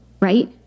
right